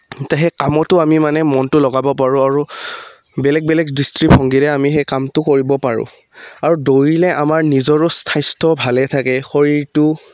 এতিয়া সেই কামতো আমি মানে মনটো লগাব পাৰোঁ আৰু বেলেগ বেলেগ দৃষ্টিভংগীৰে আমি সেই কামটো কৰিব পাৰোঁ আৰু দৌৰিলে আমাৰ নিজৰো স্বাস্থ্য ভালেই থাকে শৰীৰটো